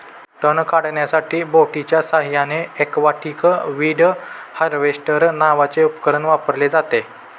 तण काढण्यासाठी बोटीच्या साहाय्याने एक्वाटिक वीड हार्वेस्टर नावाचे उपकरण वापरले जाते